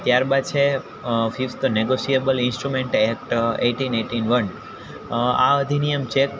ત્યાર બાદ છે fifth negotiable instrument act eighteen eighteen one આ અધિનિયમ ચેક